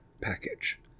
package